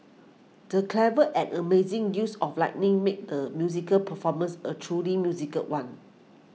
the clever and amazing use of lighting made the musical performance a truly musical one